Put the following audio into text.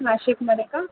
नाशिकमध्ये का